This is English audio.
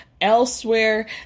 elsewhere